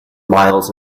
miles